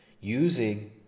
using